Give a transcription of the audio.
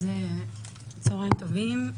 צהריים טובים.